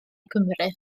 cymru